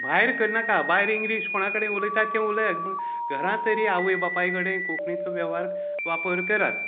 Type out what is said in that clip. भायर करनाका भायर इंग्लीश कोणा कडेन उलयता तें उलयात पूण घरांतली आवय बापाय कडे कोंकणीचो वेव्हार वापर करात